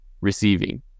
receiving